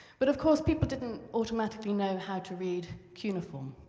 but of course, people didn't automatically know how to read cuneiform,